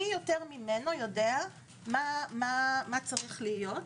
מי יותר ממנו יודע מה צריך להיות,